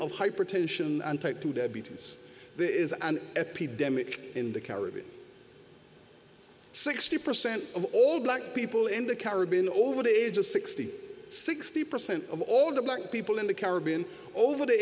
of hypertension and take two diabetes there is an epidemic in the caribbean sixty percent of all black people in the caribbean over the age of sixty sixty percent of all the black people in the caribbean over the